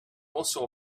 also